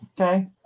Okay